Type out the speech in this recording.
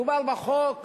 מדובר בחוק